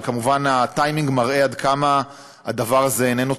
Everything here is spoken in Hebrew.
אבל כמובן שהטיימינג מראה עד כמה הדבר הזה איננו תמים.